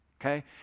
Okay